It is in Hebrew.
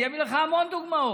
אני אביא לך המון דוגמאות: